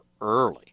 early